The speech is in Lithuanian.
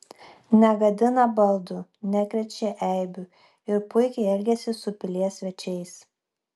negadina baldų nekrečia eibių ir puikiai elgiasi su pilies svečiais